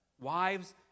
Wives